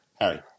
Harry